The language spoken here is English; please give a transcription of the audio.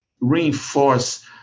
reinforce